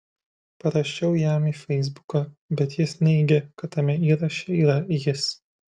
parašiau jam į feisbuką bet jis neigė kad tame įraše yra jis